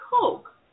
Coke